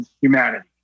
humanity